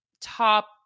top